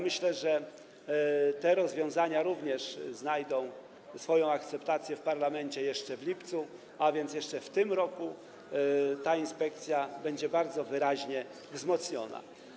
Myślę, że te rozwiązania również znajdą akceptację w parlamencie jeszcze w lipcu, a więc jeszcze w tym roku ta inspekcja będzie bardzo wyraźnie wzmocniona.